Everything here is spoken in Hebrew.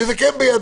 שזה כן בידיו.